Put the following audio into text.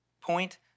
point